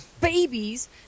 babies